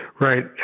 Right